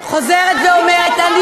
עכשיו,